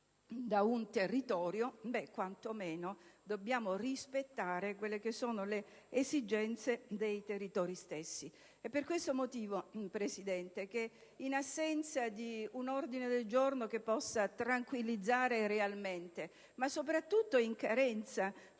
da un territorio, quanto meno dobbiamo rispettare le esigenze dello stesso. Per questo motivo, Presidente, in assenza di un ordine del giorno che possa tranquillizzare realmente, ma soprattutto in carenza